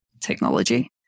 technology